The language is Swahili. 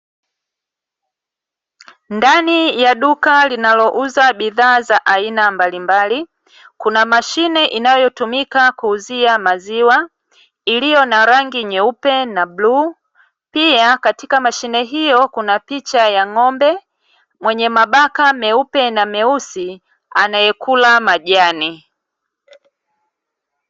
Ndani ya duka linalouza bidhaa za aina mbalimbali, kuna mashine inayotumika kuuzia maziwa, iliyo na rangi nyeupe na bluu. Pia katika mashine hiyo kuna picha ya ng'ombe mwenye mabaka meupe na meusi, anayekula majani.